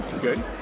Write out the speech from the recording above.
Good